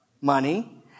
money